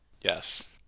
Yes